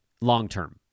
Long-term